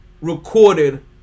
recorded